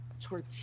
Tortilla